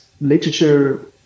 literature